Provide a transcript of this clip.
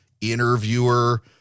interviewer